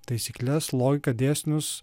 taisykles logiką dėsnius